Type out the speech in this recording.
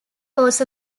was